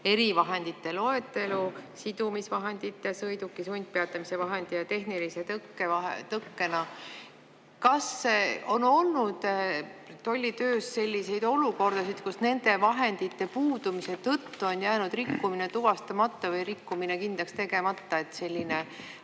erivahendite loetelu sidumisvahendite, sõiduki sundpeatamise vahendi ja tehnilise tõkkena. Kas on olnud tolli töös selliseid olukordasid, kus nende vahendite puudumise tõttu on jäänud rikkumine tuvastamata või rikkumine kindlaks tegemata, et selline